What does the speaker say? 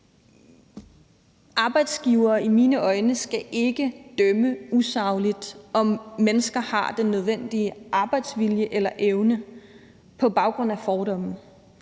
arbejdsgivere ikke usagligt bedømme, om mennesker har den nødvendige arbejdsvilje eller -evne, på baggrund af fordomme.